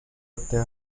até